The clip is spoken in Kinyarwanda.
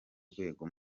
rwego